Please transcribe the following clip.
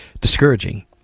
discouraging